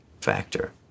factor